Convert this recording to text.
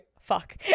fuck